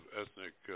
ethnic